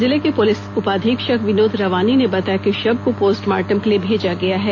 जिले के पुलिस उपाधीक्षक विनोद रवानी ने बताया कि शव को पोस्टमार्टम के लिए भेजा गया है